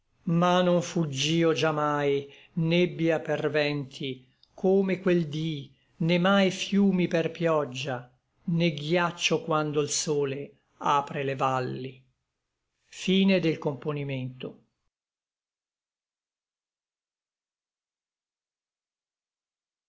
ma non fuggío già mai nebbia per vènti come quel dí né mai fiumi per pioggia né ghiaccio quando l sole apre le valli del